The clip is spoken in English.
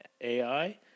AI